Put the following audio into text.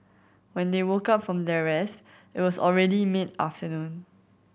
when they woke up from their rest it was already mid afternoon